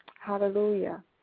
hallelujah